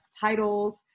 titles